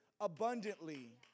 abundantly